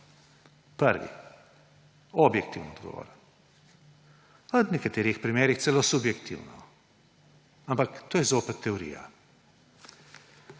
Prvi, objektivno odgovoren, v nekaterih primerih celo subjektivno. Ampak to je zopet teorija.